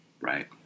Right